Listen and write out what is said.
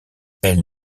elle